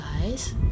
guys